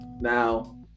Now